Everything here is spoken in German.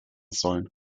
sollen